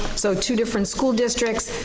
so two different school districts,